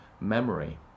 memory